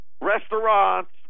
restaurants